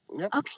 Okay